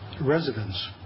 residents